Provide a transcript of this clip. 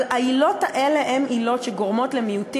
אבל העילות האלה הן עילות שגורמות למיעוטים